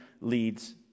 leads